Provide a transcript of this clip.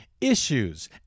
issues